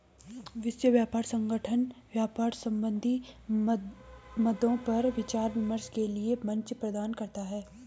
विश्व व्यापार संगठन व्यापार संबंधी मद्दों पर विचार विमर्श के लिये मंच प्रदान करता है